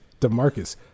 demarcus